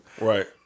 Right